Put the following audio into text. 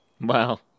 Wow